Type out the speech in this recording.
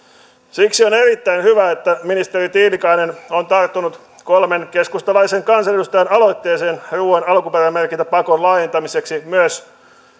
siksi on erittäin hyvä että ministeri tiilikainen on tarttunut kolmen keskustalaisen kansanedustajan aloitteeseen ruuan alkuperämerkintäpakon laajentamiseksi myös